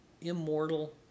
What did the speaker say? Immortal